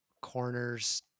corners